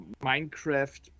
Minecraft